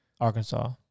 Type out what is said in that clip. Arkansas